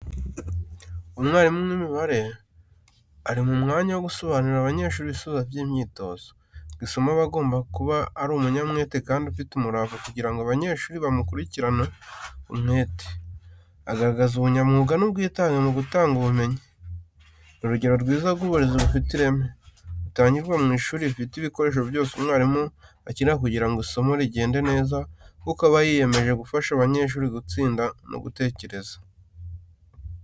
Umwarimu w’imibare ari mu mwanya wo gusobanurira abanyeshuri ibisubizo by’imyitozo, ku isomo aba agomba kuba ari umunyamwete kandi afite umurava kugira ngo abanyeshuri bamukurikirane umwete, agaragaza ubunyamwuga n’ubwitange mu gutanga ubumenyi. Ni urugero rwiza rw’uburezi bufite ireme, butangirwa mu ishuri rifite ibikoresho byose umwarimu akenera kugira ngo isomo rigende neza kuko aba yiyemeje gufasha abanyeshuri gutsinda no gutekereza.